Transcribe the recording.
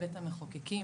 בבית המחוקקים.